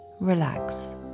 relax